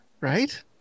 Right